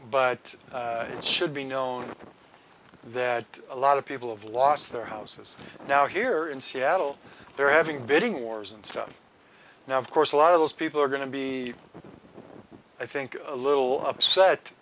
but it should be known that a lot of people have lost their houses now here in seattle they're having bidding wars and now of course a lot of those people are going to be i think a little upset